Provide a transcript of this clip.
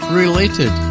related